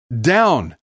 down